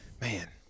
Man